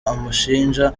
amushinja